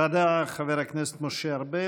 תודה, חבר הכנסת משה ארבל.